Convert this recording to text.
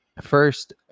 first